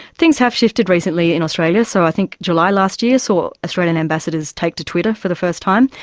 things have shifted recently in australia, so i think july last year saw australian ambassadors take to twitter for the first time,